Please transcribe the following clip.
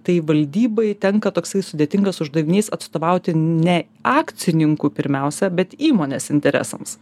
tai valdybai tenka toksai sudėtingas uždavinys atstovauti ne akcininkų pirmiausia bet įmonės interesams